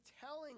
telling